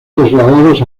trasladados